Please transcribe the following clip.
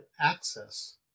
access